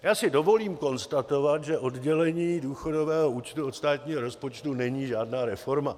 Já si dovolím konstatovat, že oddělení důchodového účtu od státního rozpočtu není žádná reforma.